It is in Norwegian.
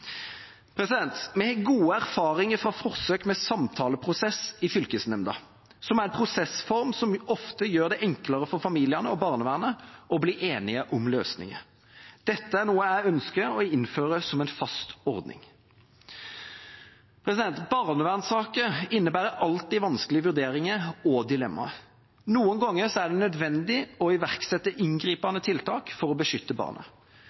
Vi har gode erfaringer fra forsøk med samtaleprosess i fylkesnemnda, som er en prosessform som ofte gjør det enklere for familiene og barnevernet å bli enige om løsninger. Dette er noe jeg ønsker å innføre som en fast ordning. Barnevernssaker innebærer alltid vanskelige vurderinger og dilemmaer. Noen ganger er det nødvendig å iverksette inngripende tiltak for å beskytte barnet.